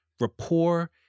rapport